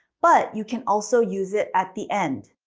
but you can also use it at the end.